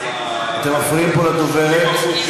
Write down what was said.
אתם מפריעים פה לדוברת.